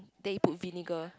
then you put vinegar